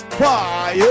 fire